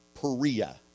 Perea